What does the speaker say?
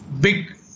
Big